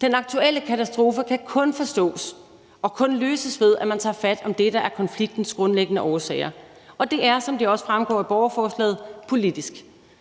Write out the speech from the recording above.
Den aktuelle katastrofe kan kun forstås og kun løses, ved at man tager fat om det, der er konfliktens grundlæggende årsager, og det er, som det også fremgår af borgerforslaget, politisk.